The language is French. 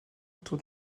autour